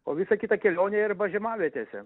o visa kita kelionėj arba žiemavietėse